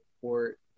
support